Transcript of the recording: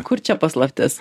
kur čia paslaptis